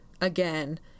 again